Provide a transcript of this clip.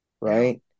right